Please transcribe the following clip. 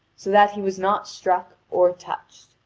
so that he was not struck or touched.